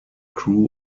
crew